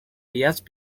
yacht